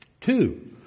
Two